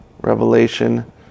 Revelation